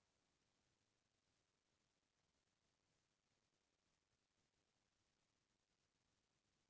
पहिली के सियान मन पइसा बचावय अउ जमीन जघा ल बरोबर बिगड़न नई देवत रहिस हे